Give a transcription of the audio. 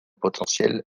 potentiel